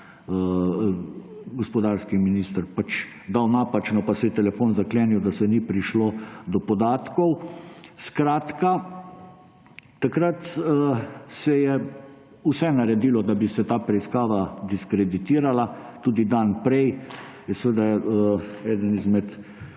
gospodarski minister pač dal napačno pa se je telefon zaklenil, da se ni prišlo do podatkov. Skratka, takrat se je vse naredilo, da bi se ta preiskava diskreditirala. Tudi dan prej je eden izmed